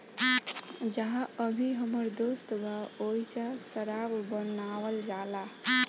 जाहा अभी हमर दोस्त बा ओइजा शराब बनावल जाला